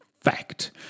fact